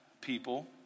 people